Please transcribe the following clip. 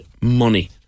money